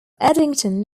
addington